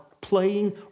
playing